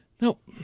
Nope